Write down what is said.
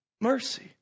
mercy